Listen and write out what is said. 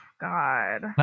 God